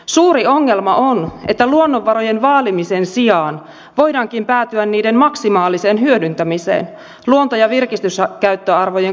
suuri ongelma on että luonnonvarojen vaalimisen sijaan voidaankin päätyä niiden maksimaaliseen hyödyntämiseen luonto ja virkistyskäyttöarvojen kustannuksella